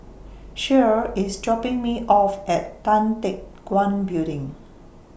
Shirl IS dropping Me off At Tan Teck Guan Building